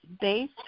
based